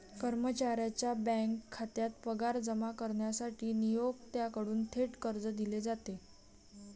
कर्मचाऱ्याच्या बँक खात्यात पगार जमा करण्यासाठी नियोक्त्याकडून थेट कर्ज दिले जाते